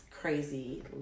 crazy